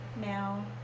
now